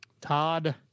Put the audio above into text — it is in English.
Todd